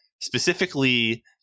specifically